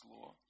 law